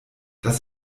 das